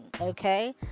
okay